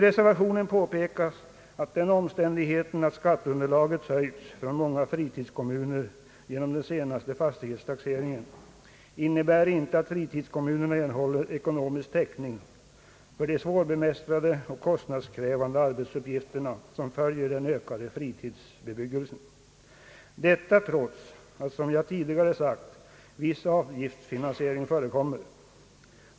I reservationen påpekas att den omständigheten att skatteunderlaget höjts för många fritidskommuner genom den senaste fastighetstaxeringen inte innebär att fritidskommunerna erhåller ekonomisk kompensation för de svårbemästrade och kostnadskrävande arbetsuppgifter som följer med den ökade fritidsbebyggelsen — detta trots att, som jag tidigare sagt, viss avgiftsfinansiering förekommer.